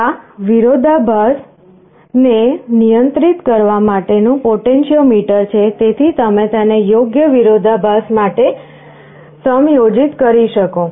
આ વિરોધાભાસને નિયંત્રિત કરવા માટેનું પોટેન્શિયો મીટર છે તેથી તમે તેને યોગ્ય વિરોધાભાસ માટે સમાયોજિત કરી શકો